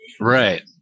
right